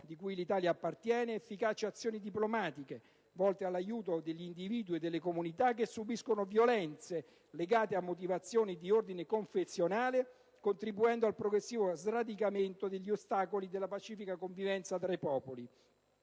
a cui l'Italia appartiene efficaci azioni diplomatiche volte all'aiuto degli individui e delle comunità che subiscono violenze legate a motivazioni di ordine confessionale, contribuendo al progressivo sradicamento degli ostacoli alla pacifica convivenza fra i popoli;